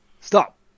Stop